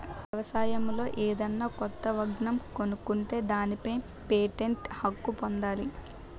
వ్యవసాయంలో ఏదన్నా కొత్త వంగడం కనుక్కుంటే దానిపై పేటెంట్ హక్కు పొందాలి